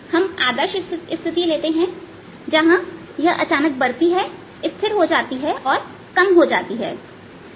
हम आदर्श स्थिति लेते हैं जहां यह अचानक बढ़ती है स्थिर हो जाती है और कम हो जाती है